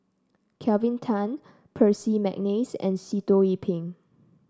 Kelvin Tan Percy McNeice and Sitoh Yih Pin